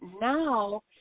now